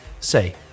say